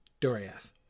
Doriath